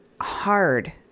hard